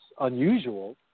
unusual